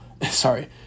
Sorry